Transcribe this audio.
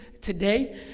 today